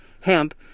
hemp